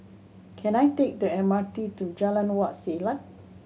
can I take the M R T to Jalan Wak Selat